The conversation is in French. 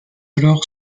alors